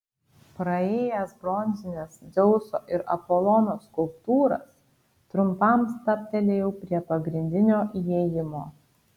praėjęs bronzines dzeuso ir apolono skulptūras trumpam stabtelėjau prie pagrindinio įėjimo